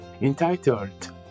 entitled